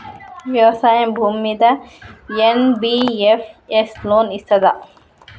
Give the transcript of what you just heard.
వ్యవసాయం భూమ్మీద NBFS loan ఇస్తదా?